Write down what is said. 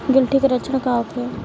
गिलटी के लक्षण का होखे?